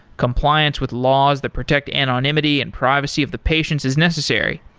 compliance with laws that protect anonymity and privacy of the patients is necessary.